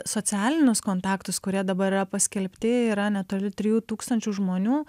socialinius kontaktus kurie dabar ra paskelbti yra netoli trijų tūkstančių žmonių